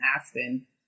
Aspen